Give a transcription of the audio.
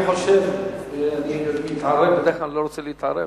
בדרך כלל אני לא רוצה להתערב,